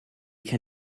can